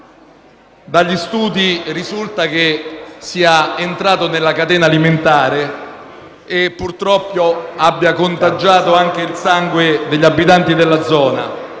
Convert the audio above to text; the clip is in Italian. Dagli studi risulta che sia entrato nella catena alimentare e, purtroppo, abbia contagiato anche il sangue degli abitanti della zona.